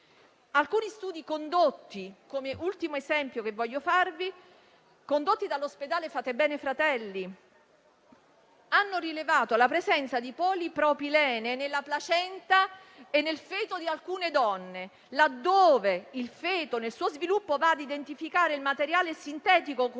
alcuni studi condotti dall'ospedale Fatebenefratelli hanno rilevato la presenza di polipropilene nella placenta e nel feto di alcune donne: laddove il feto nel suo sviluppo va a identificare il materiale sintetico come